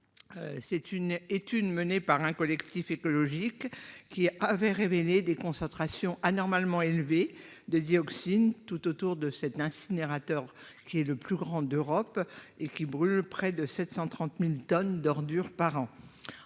c'est une étude menée par un collectif écologique qui avait révélé des concentrations anormalement élevé de dioxine tout autour de cet incinérateur qui est le plus grand d'Europe et qui brûle près de 730000 tonnes d'ordures par an,